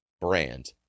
brand